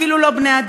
אפילו לא "בני-אדם".